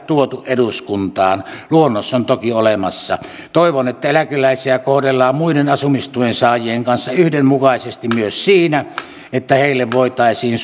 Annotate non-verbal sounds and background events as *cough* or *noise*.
tuotu eduskuntaan luonnos on toki olemassa toivon että eläkeläisiä kohdellaan muiden asumistuen saajien kanssa yhdenmukaisesti myös siinä että heille voitaisiin *unintelligible*